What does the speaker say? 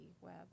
web